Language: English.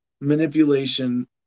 manipulation